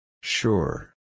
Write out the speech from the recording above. Sure